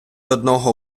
одного